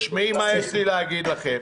תשמעי מה שיש לי להגיד לכם.